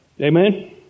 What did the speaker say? Amen